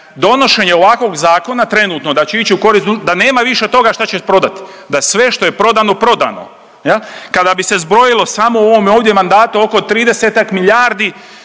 donošenje ovakvog zakona trenutno da će ići u korist, da nema više toga šta će prodati, da sve što je prodano prodano. Kada bi se zbrojilo samo u ovome ovdje mandatu oko 30-ak milijardi